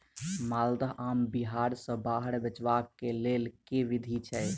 माल्दह आम बिहार सऽ बाहर बेचबाक केँ लेल केँ विधि छैय?